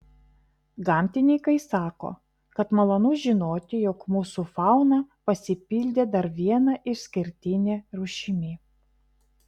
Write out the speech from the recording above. gamtininkai sako kad malonu žinoti jog mūsų fauna pasipildė dar viena išskirtine rūšimi